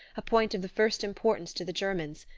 a point of the first importance to the germans,